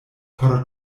por